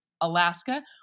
Alaska